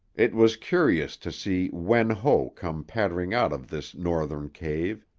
it was curious to see wen ho come pattering out of this northern cave,